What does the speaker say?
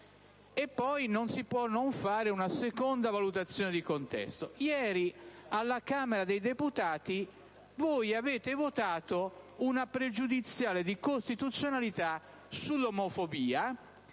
non si può non fare una seconda valutazione di contesto. Ieri, alla Camera dei deputati avete votato una questione pregiudiziale di costituzionalità sull'omofobia